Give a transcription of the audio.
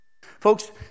Folks